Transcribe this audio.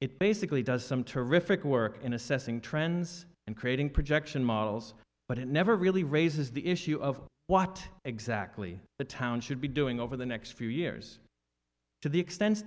it basically does some terrific work in assessing trends and creating projection models but it never really raises the issue of what exactly the town should be doing over the next few years to the extent